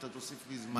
אתה תוסיף לי זמן.